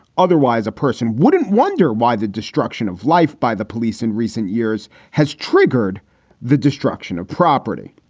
otherwise, a person wouldn't wonder why the destruction of life by the police in recent years has triggered the destruction of property.